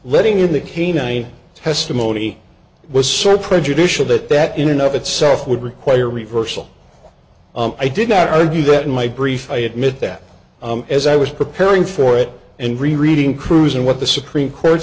letting in the canine testimony was sort prejudicial that that in of itself would require reversal i did not argue that in my brief i admit that as i was preparing for it and rereading crews and what the supreme court